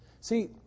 See